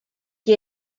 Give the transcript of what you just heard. que